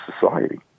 society